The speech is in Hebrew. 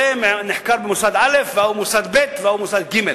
זה נחקר במוסד א', ההוא במוסד ב' וההוא במוסד ג'.